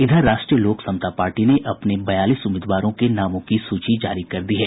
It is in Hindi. इधर राष्ट्रीय लोक समता पार्टी ने अपने बयालीस उम्मीदवारों के नामों की सूची जारी कर दी है